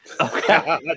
Okay